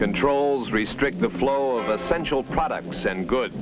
controls restrict the flow of essential products and good